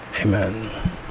Amen